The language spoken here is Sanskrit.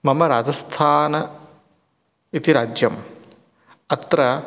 मम राजस्थान इति राज्यम् अत्र